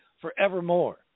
forevermore